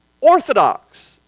orthodox